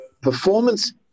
performance